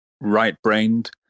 right-brained